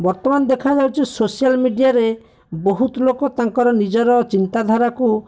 ବର୍ତ୍ତମାନ ଦେଖାଯାଉଛି ସୋସିଆଲ୍ ମିଡ଼ିଆରେ ବହୁତ ଲୋକ ତାଙ୍କର ନିଜର ଚିନ୍ତାଧାରାକୁ